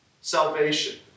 salvation